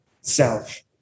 self